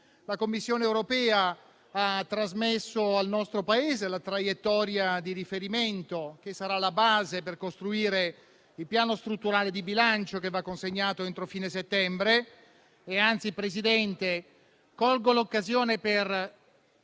la Commissione europea ha trasmesso al nostro Paese la traiettoria di riferimento che sarà la base per costruire il piano strutturale di bilancio che va consegnato entro fine settembre. Anzi, Presidente, colgo l'occasione per